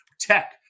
Tech